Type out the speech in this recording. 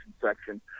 section